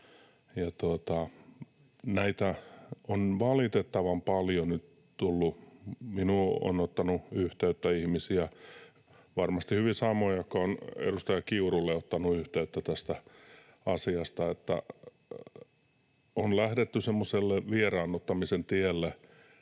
Näitä on valitettavan paljon nyt tullut. — Minuun ovat ottaneet yhteyttä ihmiset, varmasti hyvin samat, jotka edustaja Kiuruun ovat ottaneet yhteyttä tästä asiasta. — On lähdetty semmoiselle vieraannuttamisen tielle.